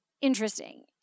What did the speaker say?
interesting